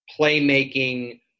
playmaking